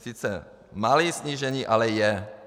Sice malé snížení, ale je.